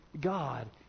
God